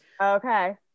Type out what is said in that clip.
Okay